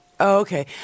Okay